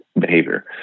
behavior